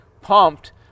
pumped